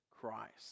Christ